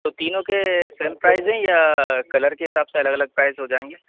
तो तीनों के सेम प्राइस हैं या कलर के हिसाब से अलग अलग प्राइस हो जाएंगे